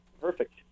perfect